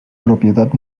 propietat